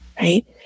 right